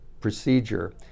procedure